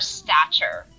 stature